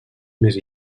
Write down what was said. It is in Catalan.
més